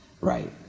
Right